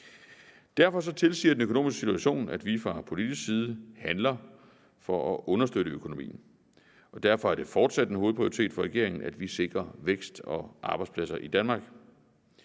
Derfor tilsiger den økonomiske situation, at vi fra politisk side handler for at understøtte økonomien, og derfor er det fortsat en hovedprioritet for regeringen, at vi sikrer vækst og arbejdspladser i Danmark.